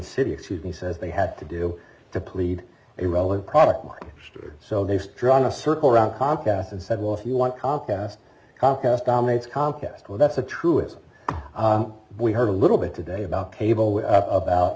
city excuse me says they had to do to plead irrelevant product line story so they've drawn a circle around comcast and said well if you want comcast comcast dominates comcast well that's a truism we heard a little bit today about cable about